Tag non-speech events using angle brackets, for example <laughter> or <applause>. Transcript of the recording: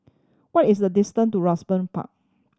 what is the distant to <unintelligible> Park